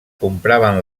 compraven